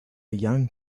young